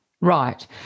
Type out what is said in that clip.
Right